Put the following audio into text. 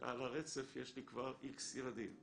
שעל הרצף יש לי כבר X ילדים,